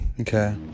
okay